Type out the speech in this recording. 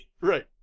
Right